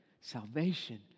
salvation